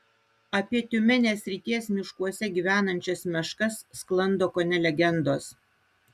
apie tiumenės srities miškuose gyvenančias meškas sklando kone legendos